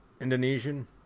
Indonesian